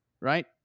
right